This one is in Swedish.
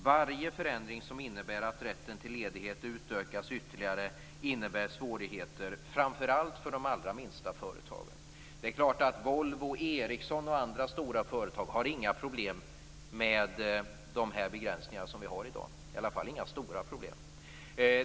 Varje förändring som innebär att rätten till ledighet utökas ytterligare innebär svårigheter framför allt för de allra minsta företagen. Det är klart att Volvo och Ericsson och andra stora företag inte har några stora problem med de begränsningar som vi har i dag.